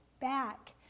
back